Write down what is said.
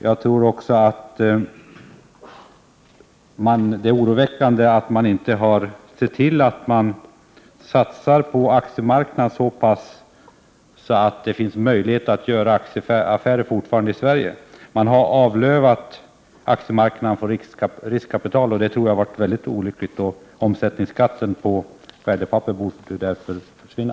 Det är också oroväckande att man inte satsat på aktiemarknaden i sådan utsträckning att det i Sverige fortfarande hade funnits möjligheter att göra aktieaffärer. Man har avlövat aktiemarknaden på riskkapital. Det har varit mycket olyckligt. Omsättningsskatten på värdepapper borde därför försvinna.